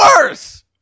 worse